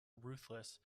ruthless